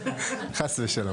(בהלצה).